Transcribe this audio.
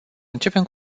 începem